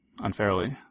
unfairly